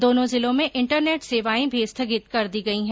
दोनो जिलों में इंटरनेट सेवायें भी स्थगित कर दी गई हैं